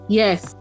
yes